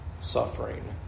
suffering